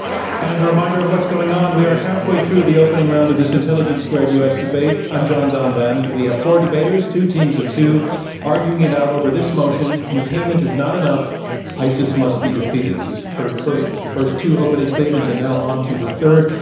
um and a reminder of what's going on. we are halfway through the opening round of this intelligence squared u. s. debate. i'm jon donvan. we have four debaters, two teams of two arguing it out over this motion containment is not enough isis must be defeated. you've heard the first two opening statements and now onto the third.